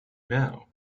now